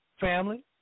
family